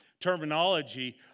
terminology